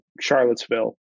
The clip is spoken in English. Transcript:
Charlottesville